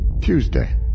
Tuesday